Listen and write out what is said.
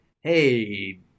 hey